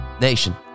Nation